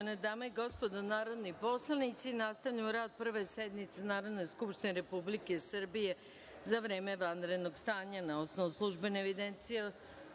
dame i gospodo narodni poslanici, nastavljamo rad Prve sednice Narodne skupštine Republike Srbije za vreme vanrednog stanja. Na osnovu službene evidencije